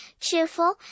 cheerful